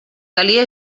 calia